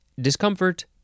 discomfort